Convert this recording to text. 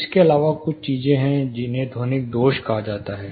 इसके अलावा कुछ चीजें हैं जिन्हें ध्वनिक दोष कहा जाता है